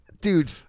Dude